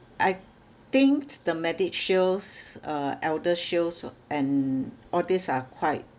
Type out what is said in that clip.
I think the medishields uh eldershields and all these are quite